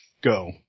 go